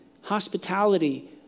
hospitality